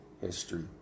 history